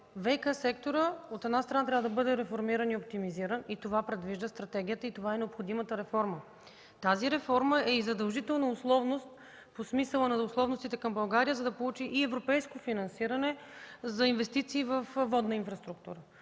ВиК секторът, от една страна, трябва да бъде реформиран и оптимизиран. Това предвижда стратегията и това е необходимата реформа. Тази реформа е задължителна условност по смисъла на условностите към България, за да получи европейско финансиране за инвестиции във водната инфраструктура.